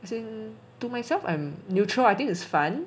as in to myself I'm neutral I think it's fun